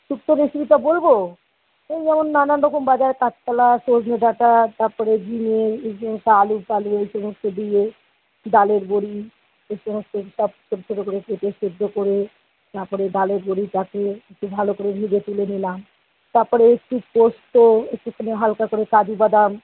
শুক্তোর রেসিপিটা বলবো এই যেমন নানান রকম বাজার কাঁচকলা সজনে ডাঁটা তাপরে ঝিঙ্গে আলু টালু এই সমস্ত দিয়ে ডালের বড়ি এই সমস্তটা ছোটো ছোটো করে কেটে সেদ্ধ করে তাপরে ডালের বড়িটাকে একটু ভালো করে ভেজে তুলে নিলাম তাপরে একটু পোস্ত একটুখানি হালকা করে কাজুবাদাম